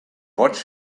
watch